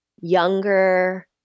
younger